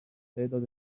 تعداد